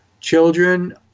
children